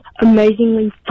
amazingly